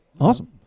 awesome